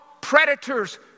predators